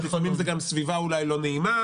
ולפעמים זו סביבה לא נעימה,